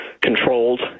controlled